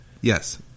Yes